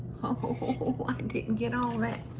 oh, i didn't get all that.